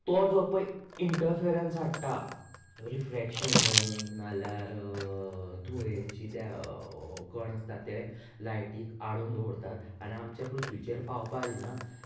तो जो पय इंटरफिरन्स हाडटा रिफ्रॅक्शन जावूं नाल्यार धुळेची ते कण आसता ते लायटीक आडोन दवरतात आनी आमचे पृथ्वीचेर पावपाक दिना